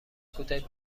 کودک